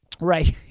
Right